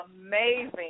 amazing